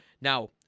Now